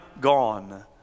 gone